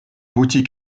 aboutit